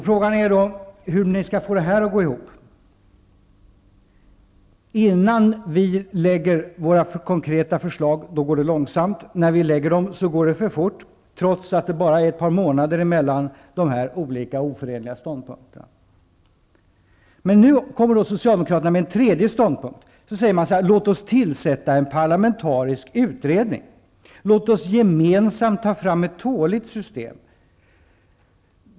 Frågan är då hur ni skall få det här att gå ihop. Innan vi lägger fram våra konkreta förslag går det långsamt. När vi lägger fram dem går det för fort, trots att det bara är ett par månader mellan de här olika, oförenliga, ståndpunkterna. Nu kommer socialdemokraterna med en tredje ståndpunkt. De säger: Låt oss tillsätta en parlamentarisk utredning, låt oss gemensamt ta fram ett tåligt system.